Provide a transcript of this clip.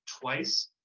twice